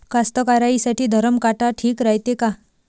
कास्तकाराइसाठी धरम काटा ठीक रायते का?